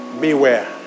Beware